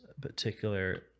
particular